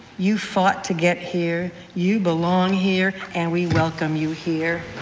you fought to get here. you belong here. and we welcome you here.